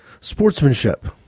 sportsmanship